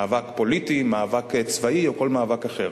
מאבק פוליטי, מאבק צבאי או כל מאבק אחר.